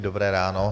Dobré ráno.